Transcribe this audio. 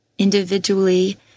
individually